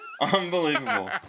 Unbelievable